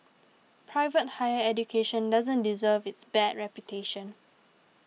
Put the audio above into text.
private higher education doesn't deserve its bad reputation